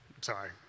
Sorry